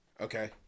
Okay